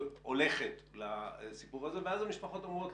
יצליח להשלים את הבית ואז לפנות את הקרווילה.